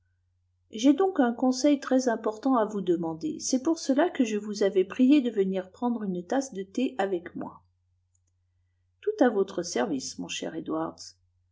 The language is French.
j'ai donc un conseil très-important à vous demander c'est pour cela que je vous avais prié de venir prendre une tasse de thé avec moi tout à votre service mon cher